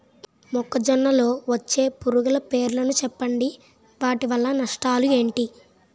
మొక్కజొన్న లో వచ్చే పురుగుల పేర్లను చెప్పండి? వాటి వల్ల నష్టాలు ఎంటి?